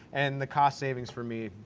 and the cost savings for me,